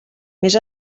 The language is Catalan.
més